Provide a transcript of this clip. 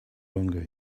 longer